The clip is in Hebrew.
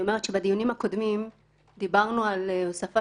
אני אומרת שבדיונים הקודמים דיברנו על הוספה